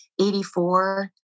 84